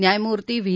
न्यायमूर्ती व्हि